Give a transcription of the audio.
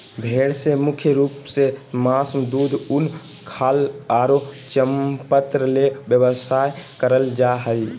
भेड़ से मुख्य रूप से मास, दूध, उन, खाल आरो चर्मपत्र ले व्यवसाय करल जा हई